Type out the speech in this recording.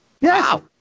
Yes